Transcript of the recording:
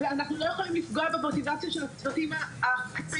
ואנחנו לא יכולים לפגוע במוטיבציה של הצוותים המקצועיים.